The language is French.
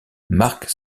mark